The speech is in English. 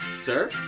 sir